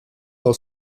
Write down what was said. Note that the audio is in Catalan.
del